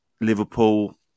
Liverpool